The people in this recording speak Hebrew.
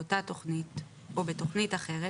באותה תכנית או בתכנית אחרת,